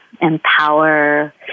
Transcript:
empower